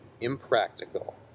impractical